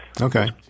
Okay